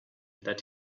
that